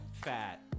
FAT